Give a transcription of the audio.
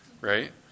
right